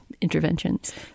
interventions